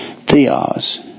theos